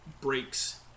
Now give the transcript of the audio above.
breaks